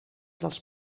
dels